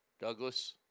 Douglas